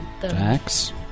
Facts